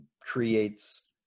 creates